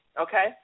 okay